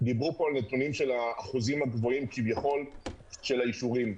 דיברו פה על נתונים של האחוזים הגבוהים כביכול של האישורים.